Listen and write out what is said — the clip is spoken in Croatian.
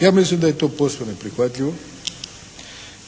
Ja mislim da je to posve neprihvatljivo